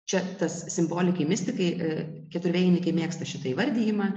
čia tas simbolikai mistikai keturvėjininkai mėgsta šitą įvardijimą